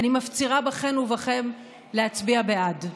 אני מפצירה בכן ובכם להצביע בעד.